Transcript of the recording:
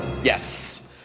Yes